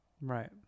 Right